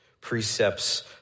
precepts